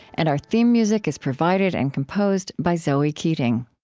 and our theme music is provided and composed by zoe keating